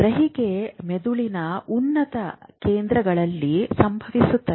ಗ್ರಹಿಕೆ ಮೆದುಳಿನ ಉನ್ನತ ಕೇಂದ್ರಗಳಲ್ಲಿ ಸಂಭವಿಸುತ್ತದೆ